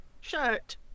shirt